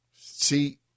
See